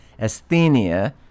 asthenia